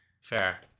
Fair